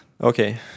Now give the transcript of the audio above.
Okay